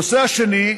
הנושא השני: